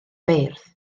beirdd